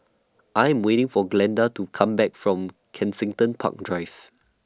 I Am waiting For Glenda to Come Back from Kensington Park Drive